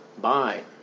bye